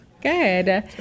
good